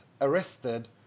arrested